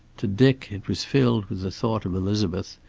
to dick, it was filled with the thought of elizabeth,